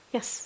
Yes